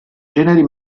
generi